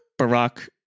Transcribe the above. Barack